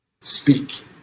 speak